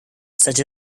such